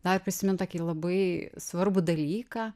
dar prisimint tokį labai svarbų dalyką